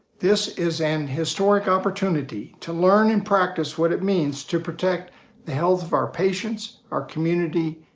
this is an historic opportunity to learn and practice what it means to protect the health of our patients, our community,